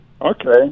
Okay